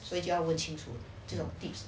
所以就要不清楚这种 tips